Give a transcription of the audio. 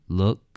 look